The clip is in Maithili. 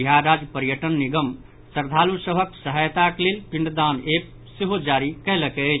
बिहार राज्य पर्यटन निगम श्रद्धालु सभक सहायताक लेल पिंडदान एप्प सेहो जारी कयलक अछि